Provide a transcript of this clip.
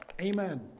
Amen